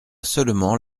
seulement